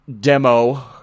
demo